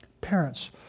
parents